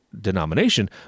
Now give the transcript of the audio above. denomination